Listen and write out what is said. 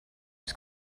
was